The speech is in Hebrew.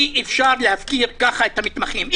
אי-אפשר להפקיר ככה את המתמחים.